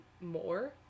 more